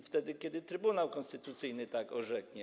Wtedy kiedy Trybunał Konstytucyjny tak orzeknie.